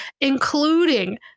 Including